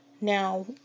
Now